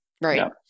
Right